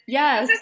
yes